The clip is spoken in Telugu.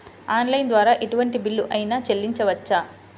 ఆన్లైన్ ద్వారా ఎటువంటి బిల్లు అయినా చెల్లించవచ్చా?